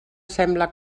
sembla